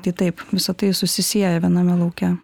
tai taip visa tai susisieja viename lauke